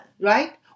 right